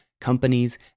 companies